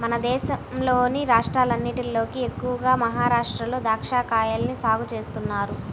మన దేశంలోని రాష్ట్రాలన్నటిలోకి ఎక్కువగా మహరాష్ట్రలో దాచ్చాకాయల్ని సాగు చేత్తన్నారు